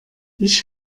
ich